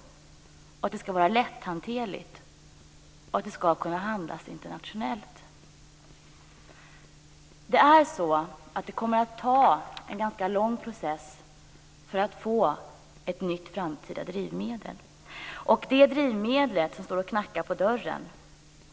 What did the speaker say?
Det fjärde kravet är att det ska vara lätthanterligt och att det ska kunna handlas internationellt. Det kommer att vara en ganska lång process innan man får ett nytt framtida drivmedel. Det drivmedlet som står och knackar på dörren